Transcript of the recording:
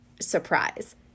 surprise